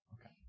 Okay